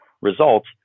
results